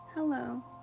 Hello